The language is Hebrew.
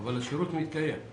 אבל השירות מתקיים.